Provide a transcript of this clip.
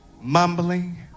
mumbling